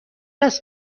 است